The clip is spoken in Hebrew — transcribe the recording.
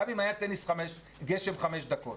גם אם היה גשם חמש דקות.